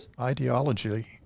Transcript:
ideology